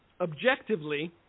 objectively